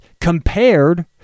compared